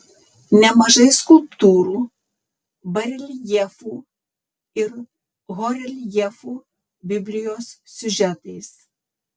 nemažai skulptūrų bareljefų ir horeljefų biblijos siužetais